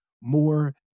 more